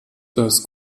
dass